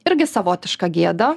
irgi savotiška gėda